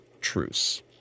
truce